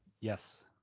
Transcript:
Yes